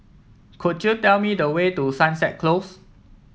could you tell me the way to Sunset Close